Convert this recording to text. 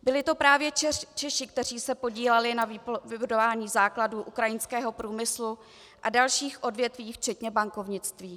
Byli to právě Češi, kteří se podíleli na vybudování základů ukrajinského průmyslu a dalších odvětví včetně bankovnictví.